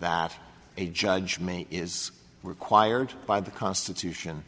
that a judge may is required by the constitution